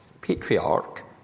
patriarch